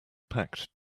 packed